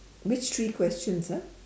which three questions ah